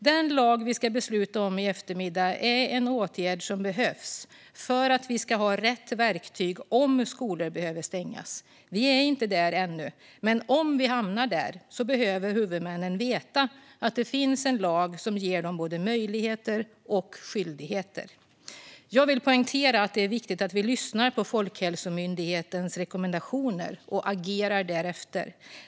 Den lag vi ska besluta om i eftermiddag är en åtgärd som behövs för att vi ska ha tillgång till rätt verktyg om skolor behöver stängas. Vi är inte där ännu, men om vi hamnar där behöver huvudmännen veta att det finns en lag som ger dem både möjligheter och skyldigheter. Jag vill poängtera att det är viktigt att vi lyssnar på Folkhälsomyndighetens rekommendationer och agerar därefter.